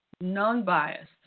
non-biased